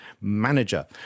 manager